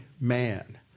man